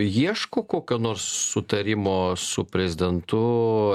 ieško kokio nors sutarimo su prezidentu